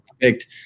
perfect